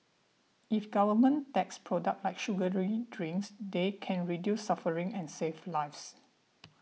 if governments tax products like sugary drinks they can reduce suffering and save lives